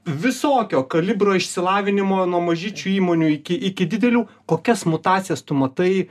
visokio kalibro išsilavinimo nuo mažyčių įmonių iki iki didelių kokias mutacijas tu matai